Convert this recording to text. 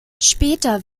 später